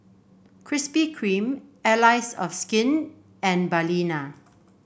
Krispy Kreme Allies of Skin and Balina